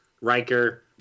Riker